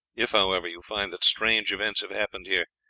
if, however, you find that strange events have happened here,